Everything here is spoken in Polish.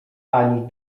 ani